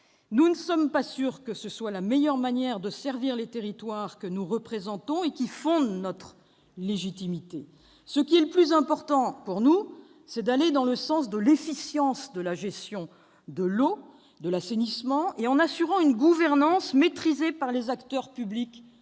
Nous ne sommes pas sûrs que cela soit la meilleure manière de servir les territoires que nous représentons et qui fondent notre légitimité. Le plus important pour nous, c'est d'aller dans le sens de l'efficience de la gestion de l'eau, de l'assainissement, en assurant une gouvernance maîtrisée par les acteurs publics